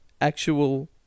actual